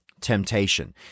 temptation